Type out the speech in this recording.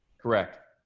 correct.